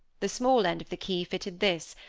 the small end of the key fitted this,